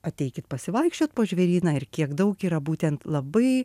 ateikit pasivaikščiot po žvėryną ir kiek daug yra būtent labai